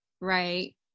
right